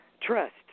trust